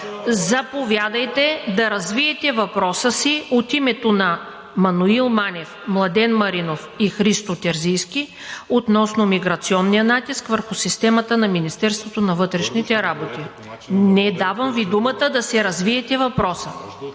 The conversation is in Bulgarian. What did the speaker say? заповядайте да развиете въпроса си от името на Маноил Манев, Младен Маринов и Христо Терзийски относно миграционния натиск върху системата на Министерството на вътрешните работи. МАНОИЛ МАНЕВ (ГЕРБ-СДС, встрани